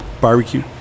barbecue